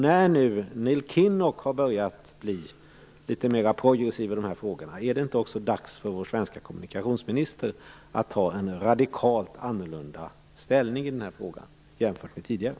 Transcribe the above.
När nu Neil Kinnoch har börjat bli litet mer progressiv i dessa frågor, är det då inte dags också för vår svenska kommunikationsminister att ta en radikalt annorlunda ställning i frågan jämfört med tidigare?